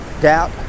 doubt